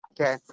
okay